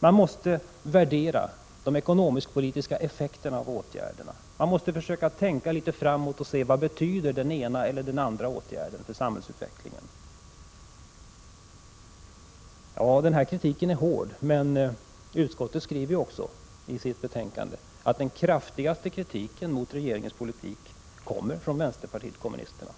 Man måste värdera de ekonomisk-politiska effekterna av åtgärderna. Man måste försöka tänka framåt och se vad den ena eller andra åtgärden betyder för samhällsutvecklingen. Ja, detta är en hård kritik, men utskottet skriver också i sitt betänkande att den kraftigaste kritiken mot regeringens politik kommer från vänsterpartiet kommunisterna.